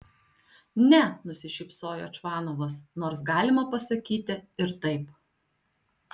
ne nusišypsojo čvanovas nors galima pasakyti ir taip